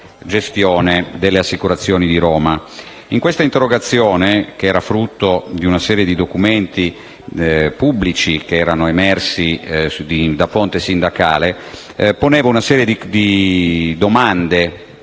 gestione delle assicurazioni di Roma. Nell'interrogazione, frutto di una serie di documenti pubblici emersi da una fonte sindacale, ponevo una serie di domande